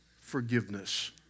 forgiveness